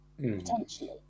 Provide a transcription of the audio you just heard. potentially